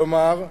כלומר,